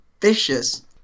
vicious